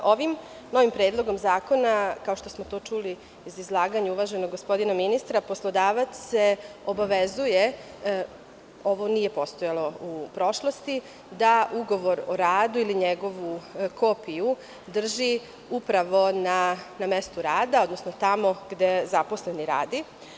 Ovim novim Predlogom zakona, kao što smo čuli iz izlaganja uvaženog gospodina ministra, poslodavac se obavezuje, ovo nije postojalo u prošlosti da ugovor o radu ili njegovu kopiju drži upravo na mestu rada, odnosno tamo gde zaposleni radi.